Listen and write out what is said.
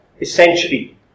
essentially